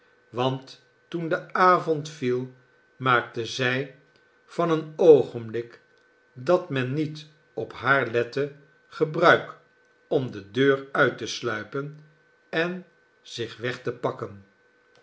want toen de avond viel maakte zij van een oogenblik dat men niet op haar lette gebruik om de deur uit te sluipen en zich weg te pakken